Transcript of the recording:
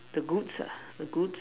the goods are the goods